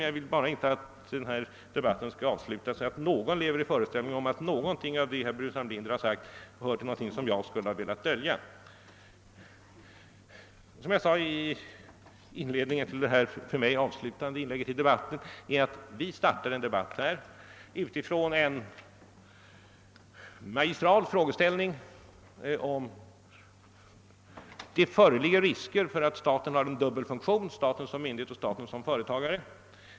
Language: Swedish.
Jag vill bara inte att denna debatt skall avslutas på ett sådant sätt att någon lever i föreställningen att jag skulle ha velat dölja någonting av det som herr Burenstam Linder talat om. Som jag sade i inledningen till detta för mig avslutande inlägg i debatten startade vi debatten med den magistrala frågan, om det föreligger risker med att staten har en dubbel funktion: staten som myndighet och staten som företagare.